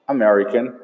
American